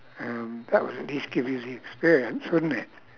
um that would at least give you the experience wouldn't it